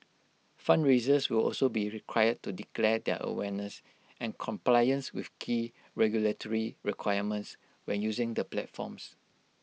fundraisers will also be required to declare their awareness and compliance with key regulatory requirements when using the platforms